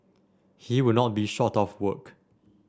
he would not be short of work